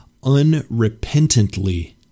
unrepentantly